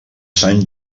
sant